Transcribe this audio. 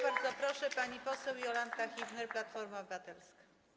Bardzo proszę, pani poseł Jolanta Hibner, Platforma Obywatelska.